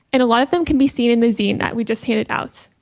and a lot of them can be seen in the zine that we just hit it out.